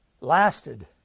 lasted